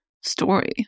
story